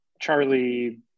Charlie